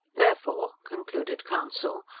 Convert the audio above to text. therefore, concluded counsel,